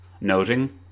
noting